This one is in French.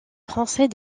français